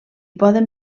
poden